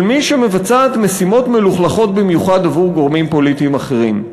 של מי שמבצעת משימות מלוכלכות במיוחד עבור גורמים פוליטיים אחרים.